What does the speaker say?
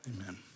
amen